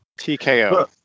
tko